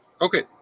Okay